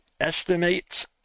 Estimates